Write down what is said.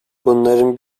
bunların